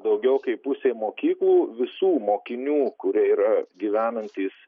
daugiau kaip pusė mokyklų visų mokinių kurie yra gyvenantys